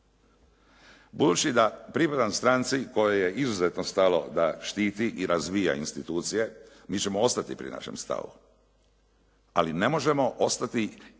Budući da pripadam stranci kojoj je izuzetno stalo da štiti i razvija institucije mi ćemo ostati pri našem stavu, ali ne možemo ostati i usvojiti